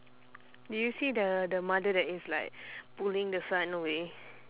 do you see the the mother that is like pulling the son away